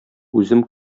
үзем